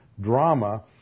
drama